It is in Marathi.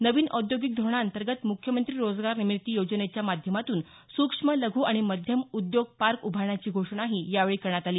नवीन औद्योगिक धोरणांतर्गत मुख्यमंत्री रोजगार निर्मिती योजनेच्या माध्यमातून सुक्ष्म लघू आणि मध्यम उद्योग पार्क उभारण्याची घोषणाही यावेळी करण्यात आली